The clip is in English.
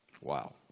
Wow